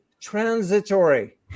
transitory